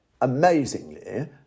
amazingly